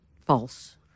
False